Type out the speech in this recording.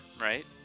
right